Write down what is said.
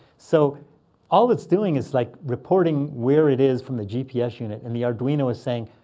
so all it's doing is like reporting where it is from the gps unit. and the arduino is saying,